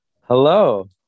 Hello